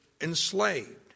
enslaved